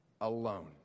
alone